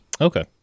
Okay